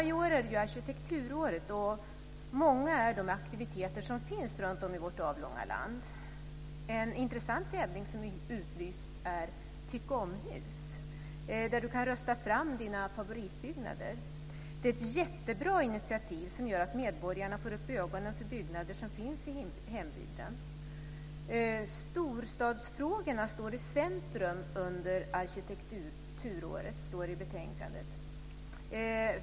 I år är det ju arkitekturåret, och det finns många aktiviteter runtom i vårt avlånga land. En intressant tävling som utlysts är tyckomhus. Där kan man rösta fram sina favoritbyggnader. Det är ett jättebra initiativ som gör att medborgarna får upp ögonen för byggnader som finns i hembygden. Storstadsfrågorna står i centrum under arkitekturåret, står det i betänkandet.